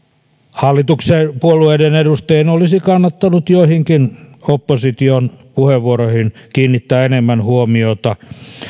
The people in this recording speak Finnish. hallituspuolueiden edustajien olisi kannattanut joihinkin opposition puheenvuoroihin kiinnittää enemmän huomiota